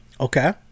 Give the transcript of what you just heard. Okay